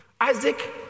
Isaac